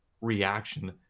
reaction